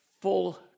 full